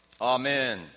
Amen